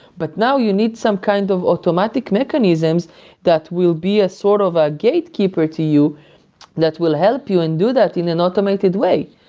but now you need some kind of automatic mechanisms that will be a sort of a gatekeeper to you that will help you and do that in an automated way.